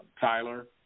Tyler